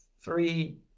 three